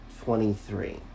twenty-three